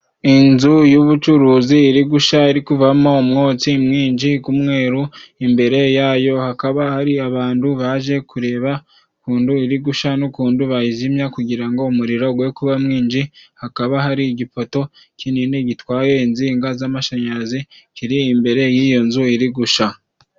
Inzu y'ubucuruzi iri gusha iri kuvamo umwotsi mwinji g'umweru. Imbere yayo hakaba hari abantu baje kureba ukuntu iri gusha, n'ukuntu bayizimya kugira ngo umuriro gwe kuba mwinji. Hakaba hari igipoto kinini gitwaye inzinga z'amashanyarazi, kiri imbere y'iyo nzu iri gusha.